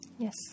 Yes